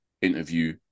interview